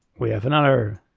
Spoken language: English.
we have another.